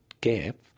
gap